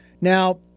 Now